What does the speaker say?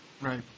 Right